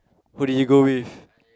who did you go with